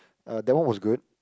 uh that one was good